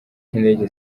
cy’indege